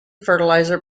fertilizer